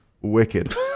wicked